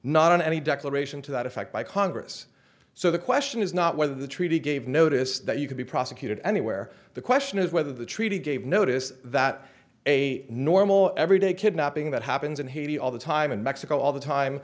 not on any declaration to that effect by congress so the question is not whether the treaty gave notice that you could be prosecuted anywhere the question is whether the treaty gave notice that a normal everyday kidnapping that happens in haiti all the time in mexico all the time